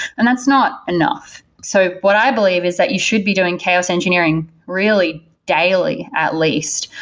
and that's not enough. so what i believe is that you should be doing chaos engineering really daily at least,